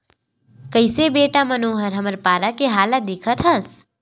कइसे बेटा मनोहर हमर पारा के हाल ल देखत हस